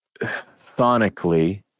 sonically